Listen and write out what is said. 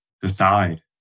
decide